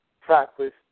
practice